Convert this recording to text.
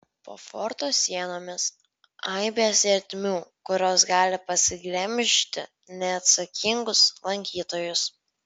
po forto sienomis aibės ertmių kurios gali pasiglemžti neatsakingus lankytojus